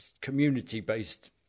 community-based